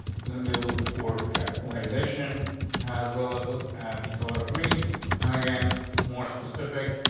gonna be looking forward to capitalization as well as let's have the color green and again more specific.